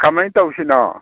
ꯀꯃꯥꯏꯅ ꯇꯧꯁꯤꯅꯣ